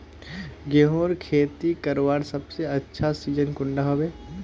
गेहूँर खेती करवार सबसे अच्छा सिजिन कुंडा होबे?